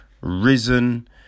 risen